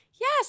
Yes